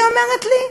היא אומרת לי,